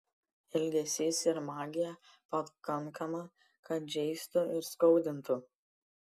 ilgesys ir magija pakankama kad žeistų ir skaudintų